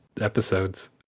episodes